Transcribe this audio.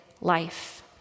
life